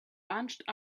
bunched